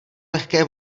lehké